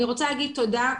אני רוצה להגיד תודה,